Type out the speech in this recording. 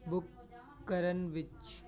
book ਕਰਨ ਵਿੱਚ